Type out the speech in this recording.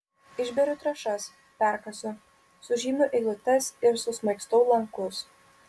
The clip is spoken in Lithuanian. išberiu trąšas perkasu sužymiu eilutes ir susmaigstau lankus